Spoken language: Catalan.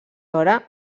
hora